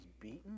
beaten